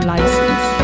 License